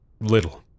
little